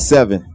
Seven